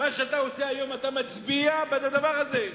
מה שאתה עושה היום, אם אתה מצביע בעד הדבר הזה,